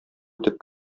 үтеп